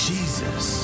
Jesus